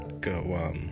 Go